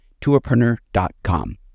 tourpreneur.com